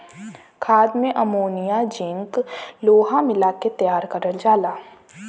खाद में ammonia zinc लोहा मिला के तैयार करल जाला